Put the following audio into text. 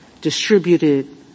distributed